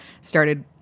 started